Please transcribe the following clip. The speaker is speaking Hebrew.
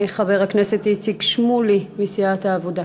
חבר הכנסת איציק שמולי מסיעת העבודה.